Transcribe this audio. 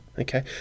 okay